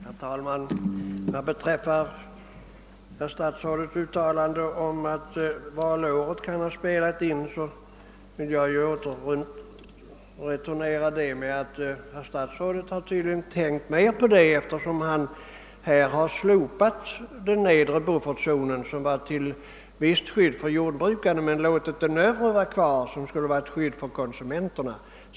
Herr talman! Vad beträffar herr statsrådets uttalande att årets val kan ha spelat in så vill jag returnera det och säga, att herr statsrådet tydligen har tänkt mer på den saken eftersom han slopat den nedre buffertzonen, som var till visst skydd för jordbrukarna, men låtit den övre vara kvar som skulle ge ett skydd åt konsumenterna.